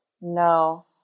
no